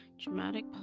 Dramatic